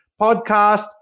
podcast